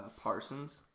Parsons